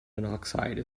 monoxide